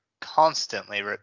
constantly